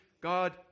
God